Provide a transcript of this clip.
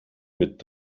mit